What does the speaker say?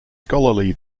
scholarly